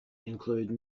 include